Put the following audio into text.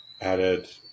added